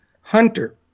Hunter